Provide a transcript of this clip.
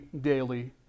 daily